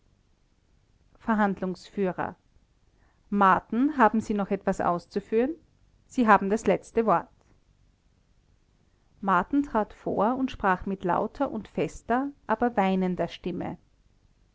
verhandlungsführer marten haben sie noch etwas auszuführen sie haben das letzte wort marten trat vor und sprach mit lauter und fester aber weinender stimme